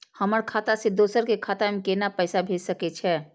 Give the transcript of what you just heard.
हमर खाता से दोसर के खाता में केना पैसा भेज सके छे?